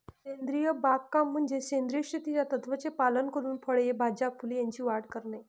सेंद्रिय बागकाम म्हणजे सेंद्रिय शेतीच्या तत्त्वांचे पालन करून फळे, भाज्या, फुले यांची वाढ करणे